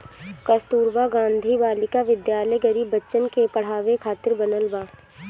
कस्तूरबा गांधी बालिका विद्यालय गरीब बच्चन के पढ़ावे खातिर बनल बा